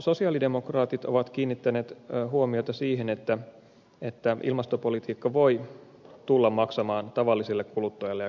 sosialidemokraatit ovat kiinnittäneet huomiota siihen että ilmastopolitiikka voi tulla maksamaan tavalliselle kuluttajalle ja kansalaiselle